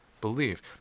believe